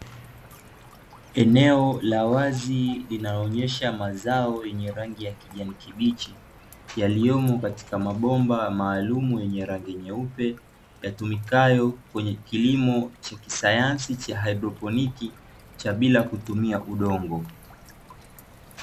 Eneo la wazi linaloonyesha mazao yenye rangi ya kijani kibichi, yaliyomo katika mabomba maalumu yenye rangi nyeupe, yatumikayo kwenye kilimo cha kisayansi cha haidroponiki cha bila kutumia udongo.